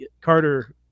Carter